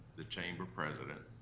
the chamber president,